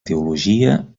teologia